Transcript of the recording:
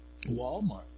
Walmart